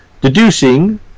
deducing